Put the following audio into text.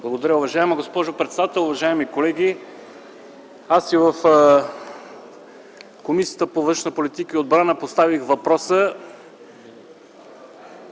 Благодаря. Уважаема госпожо председател, уважаеми колеги! И в Комисията по външна политика и отбрана поставих въпроса